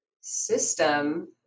system